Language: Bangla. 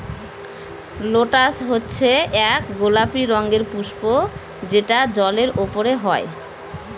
লোটাস হচ্ছে এক গোলাপি রঙের পুস্প যেটা জলের ওপরে হয়